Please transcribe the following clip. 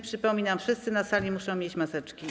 Przypominam: wszyscy na sali muszą mieć maseczki.